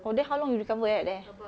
oh then how long you recover ah at there